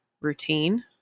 routine